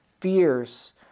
fears